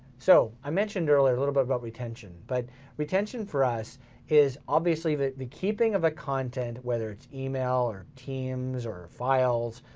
so i mentioned earlier a little bit about retention. but retention for us is obviously the the keeping of a content, whether it's email, or teams, or files,